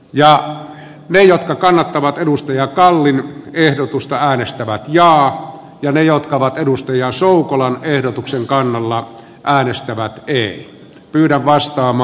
ja me jotka kannattavat edustajat tallin ehdotusta äänestävän ja jane jotka ovat edustajan soukolan ehdotuksen kannalla hän ystävä piri kyllä vaistoamme